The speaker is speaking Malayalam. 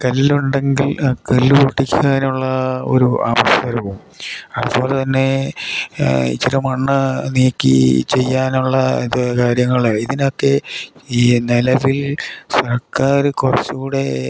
കല്ലുണ്ടെങ്കിൽ കല്ല് പൊട്ടിക്കാനുള്ള ഒരു അവസരവും അതുപോലെ തന്നെ ഇച്ചിര മണ്ണ് നീക്കി ചെയ്യാനുള്ള ഇത് കാര്യങ്ങൾ ഇതിനൊക്കെ ഈ നിലവിൽ സർക്കാർ കുറച്ചു കൂടെ